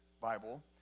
Bible